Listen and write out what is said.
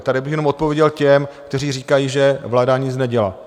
Tady bych jenom odpověděl těm, kteří říkají, že vláda nic nedělá.